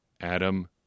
Adam